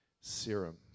serum